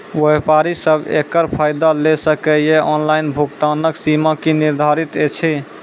व्यापारी सब एकरऽ फायदा ले सकै ये? ऑनलाइन भुगतानक सीमा की निर्धारित ऐछि?